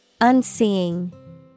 Unseeing